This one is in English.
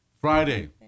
friday